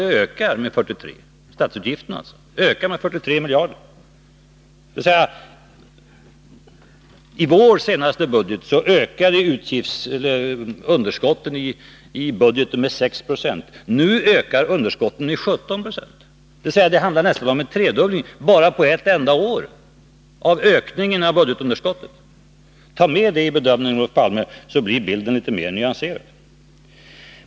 Vad som nu händer är att statsutgifterna ökar med 43 miljarder kronor. I vår senaste budget ökade budgetunderskottet med 6 96. Nu ökar underskottet med 17 Jo. Det handlar om nästan en tredubbling av ökningen av budgetunderskottet på ett enda år. Tag med det i bedömningen, Olof Palme, så blir bilden litet mer nyanserad.